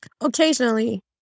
Occasionally